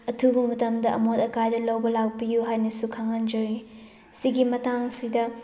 ꯑꯊꯨꯕ ꯃꯇꯝꯗ ꯑꯃꯣꯠ ꯑꯀꯥꯏꯗꯣ ꯂꯧꯕ ꯂꯥꯛꯄꯤꯌꯣ ꯍꯥꯏꯅꯁꯨ ꯈꯪꯍꯟꯖꯔꯤ ꯁꯤꯒꯤ ꯃꯇꯥꯡꯁꯤꯗ